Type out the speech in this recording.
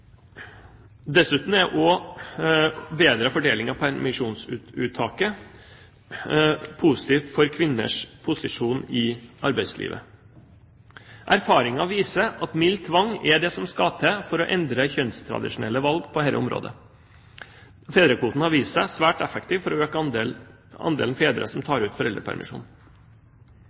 Dessuten er bedre fordeling av permisjonsuttaket positivt for kvinners posisjon i arbeidslivet. Erfaringen viser at mild tvang er det som skal til for å endre kjønnstradisjonelle valg på dette området. Fedrekvoten har vist seg svært effektiv for å øke andelen fedre som tar ut foreldrepermisjon.